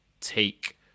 take